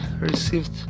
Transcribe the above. received